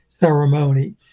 ceremony